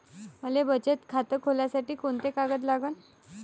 मले बचत खातं खोलासाठी कोंते कागद लागन?